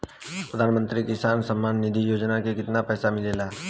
प्रधान मंत्री किसान सम्मान निधि योजना में कितना पैसा मिलेला?